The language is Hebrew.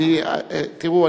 תראו,